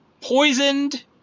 poisoned